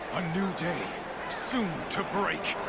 a new day. soon to break.